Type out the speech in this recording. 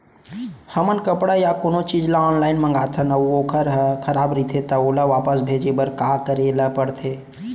हमन कपड़ा या कोनो चीज ल ऑनलाइन मँगाथन अऊ वोकर ह खराब रहिये ता ओला वापस भेजे बर का करे ल पढ़थे?